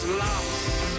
lost